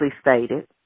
stated